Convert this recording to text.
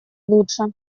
лучше